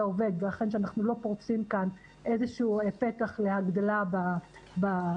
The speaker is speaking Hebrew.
עובד ושאכן אנחנו לא פורצים כאן איזשהו פתח להגדלה בהידבקות.